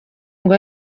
ngo